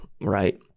Right